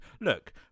Look